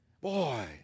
Boy